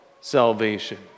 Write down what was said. salvation